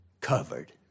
covered